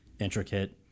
intricate